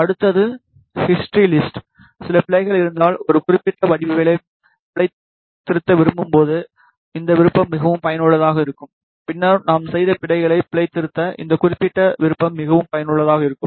அடுத்தது ககிஸ்ரி லிஸ்ட் சில பிழைகள் இருந்தால் ஒரு குறிப்பிட்ட வடிவவியலை பிழைத்திருத்த விரும்பும்போது இந்த விருப்பம் மிகவும் பயனுள்ளதாக இருக்கும் பின்னர் நாம் செய்த பிழைகளை பிழைத்திருத்த இந்த குறிப்பிட்ட விருப்பம் மிகவும் பயனுள்ளதாக இருக்கும்